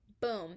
boom